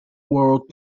world